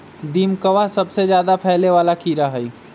दीमकवा सबसे ज्यादा फैले वाला कीड़ा हई